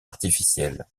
artificiels